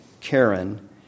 Karen